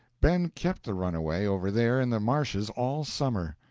ben kept the runaway over there in the marshes all summer.